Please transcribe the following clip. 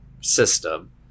system